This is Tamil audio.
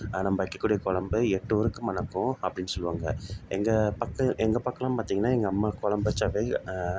நம்ம வைக்கக்கூடிய கொழம்பு எட்டூருக்கு மணக்கும் அப்படின் சொல்வாங்க எங்கள் பக்கம் எங்கள் பக்கம்லாம் பார்த்திங்கன்னா எங்கள் அம்மா கொழம்பு வச்சாவே